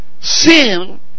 sin